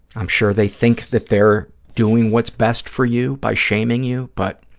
i'm sure they think that they're doing what's best for you by shaming you, but